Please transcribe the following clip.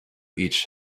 each